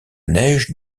neige